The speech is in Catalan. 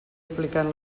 aplicant